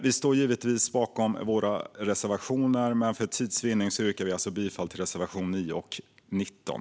Vi står givetvis bakom alla våra reservationer, men för tids vinnande yrkar jag bifall endast till reservationerna 9 och 19.